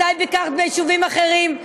מתי ביקרת ביישובים אחרים?